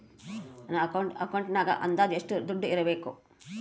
ನನ್ನ ಅಕೌಂಟಿನಾಗ ಅಂದಾಜು ಎಷ್ಟು ದುಡ್ಡು ಇಡಬೇಕಾ?